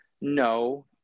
no